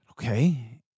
okay